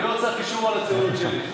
אני לא צריך אישור על הציונות שלי.